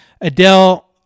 Adele